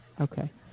okay